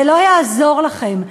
זה לא יעזור לכם.